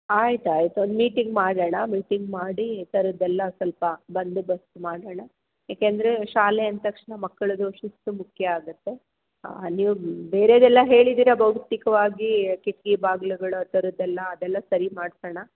ಆಯ್ತು ಆಯ್ತು ಒಂದು ಮೀಟಿಂಗ್ ಮಾಡೋಣ ಮೀಟಿಂಗ್ ಮಾಡಿ ಈ ಥರದ್ದೆಲ್ಲ ಸ್ವಲ್ಪ ಬಂದೋಬಸ್ತು ಮಾಡೋಣ ಯಾಕೆ ಅಂದರೆ ಶಾಲೆ ಅಂತ ತಕ್ಷಣ ಮಕ್ಳಿಗೆ ಶಿಸ್ತು ಮುಖ್ಯ ಆಗುತ್ತೆ ನೀವು ಬೇರೆದ್ದೆಲ್ಲ ಹೇಳಿದ್ದೀರಿ ಭೌತಿಕವಾಗಿ ಕಿಟಕಿ ಬಾಗ್ಲುಗಳು ಆ ಥರದ್ದೆಲ್ಲ ಅದೆಲ್ಲ ಸರಿ ಮಾಡ್ಸೋಣ